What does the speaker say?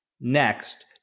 Next